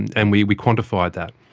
and and we we quantified that.